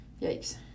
Yikes